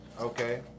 okay